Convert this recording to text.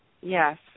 Yes